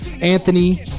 Anthony